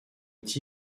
reste